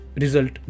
result